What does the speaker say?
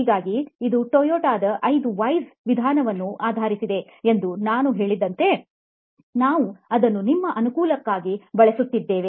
ಹಾಗಾಗಿ ಇದು ಟೊಯೋಟಾದ 5 Whys ವಿಧಾನವನ್ನು ಆಧರಿಸಿದೆ ಎಂದು ನಾನು ಹೇಳಿದಂತೆ ನಾವು ಅದನ್ನು ನಮ್ಮ ಅನುಕೂಲಕ್ಕಾಗಿ ಬಳಸುತ್ತೇವೆ